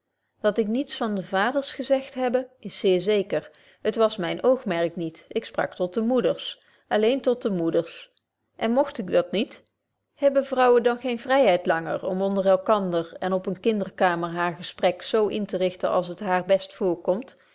dat ik niets van de vaders gezegt hebbe is zeer zeker t was myn oogmerk niet ik sprak tot de moeders alleen tot de moeders en mogt ik dat niet hebben vrouwen dan geene vryheid langer om onder elkander en op eene kinderkamer haar gesprek zo in te richten als het haar best voorkomt